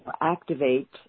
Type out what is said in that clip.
activate